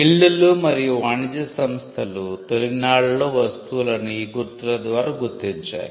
guild లు మరియు వాణిజ్య సంస్థలు తొలినాళ్లలో వస్తువులను ఈ గుర్తుల ద్వారా గుర్తించాయి